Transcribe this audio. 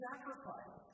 Sacrifice